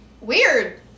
weird